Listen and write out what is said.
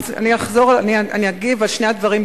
אני אגיב על שני הדברים,